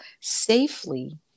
safely